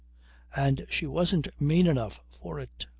and she wasn't mean enough for it.